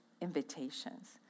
invitations